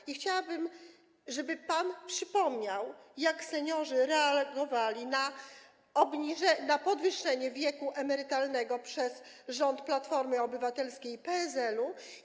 I chciałabym, żeby pan przypomniał, jak seniorzy reagowali na podwyższenie wieku emerytalnego przez rząd Platformy Obywatelskiej i PSL-u.